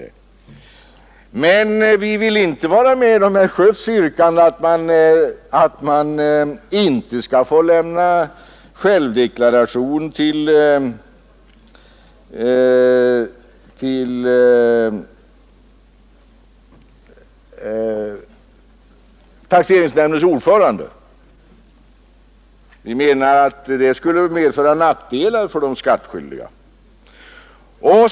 Däremot vill vi inte ansluta oss till herr Schötts yrkande att man inte skall få lämna självdeklaration till taxeringsnämndens ordförande. Vi menar att det skulle medföra nackdelar för de skattskyldiga.